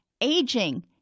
Aging